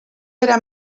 era